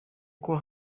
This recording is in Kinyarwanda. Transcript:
gituma